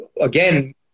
again